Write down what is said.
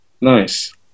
Nice